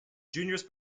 juniors